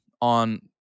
on